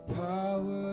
power